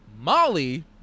Molly